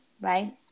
right